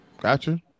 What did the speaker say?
Gotcha